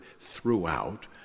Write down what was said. throughout